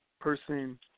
person